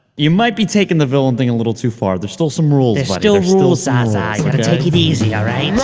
you might be taking the villain thing a little too far. there's still some rules, buddy. there's still rules, zaza. you gotta take it easy, alright?